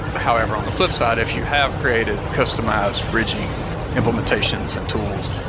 however on the flip side, if you have created customized bridging implementations and tools,